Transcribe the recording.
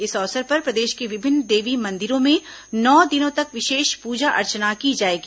इस अवसर पर प्रदेश के विभिन्न देवी मंदिरों में नौ दिनों तक विशेष पूजा अर्चना की जाएगी